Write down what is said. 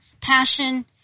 passion